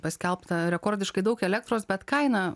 paskelbta rekordiškai daug elektros bet kaina